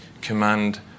command